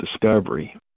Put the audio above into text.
discovery